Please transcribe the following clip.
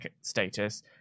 status